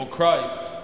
Christ